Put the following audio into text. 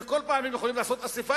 וכל פעם הם יכולים לעשות אספה,